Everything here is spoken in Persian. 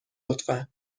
لطفا